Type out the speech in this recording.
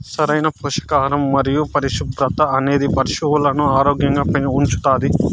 సరైన పోషకాహారం మరియు పరిశుభ్రత అనేది పశువులను ఆరోగ్యంగా ఉంచుతాది